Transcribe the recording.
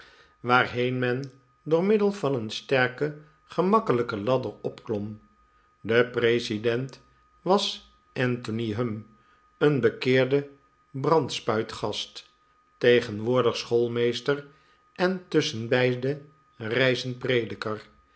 waarheen men door middel van een sterke en gemakkelijke ladder opklom de president was anthony humm een bekeerde brandspuitgast tegenwoordig schoolmeester en tusschenbeide reizend prediker